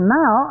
now